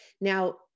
Now